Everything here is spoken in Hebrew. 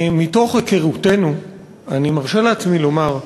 מתוך היכרותנו אני מרשה לעצמי לומר,